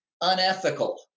unethical